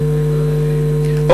מאיר, מאיר, צריך לקרוא את השאילתה.